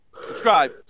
subscribe